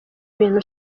ibintu